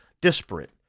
disparate